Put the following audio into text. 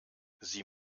sie